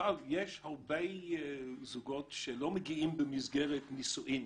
אבל יש הרבה זוגות שלא מגיעים במסגרת נישואין